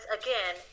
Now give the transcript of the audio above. again